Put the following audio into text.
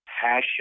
passion